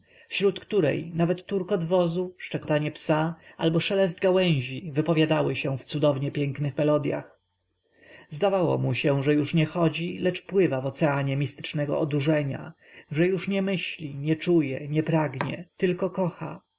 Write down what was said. wśród której nawet turkot wozu szczekanie psa albo szelest gałęzi wypowiadały się w cudownie pięknych melodyach zdawało mu się że już nie chodzi lecz pływa w oceanie mistycznego odurzenia że już nie myśli nie czuje nie pragnie tylko kocha